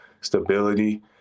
stability